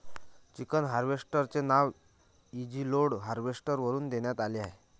chicken harvester चे नाव easy load harvester वरून देण्यात आले आहे